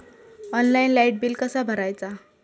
Online light bill कसा भरायचा?